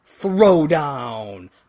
Throwdown